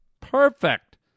Perfect